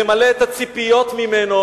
למלא את הציפיות ממנו,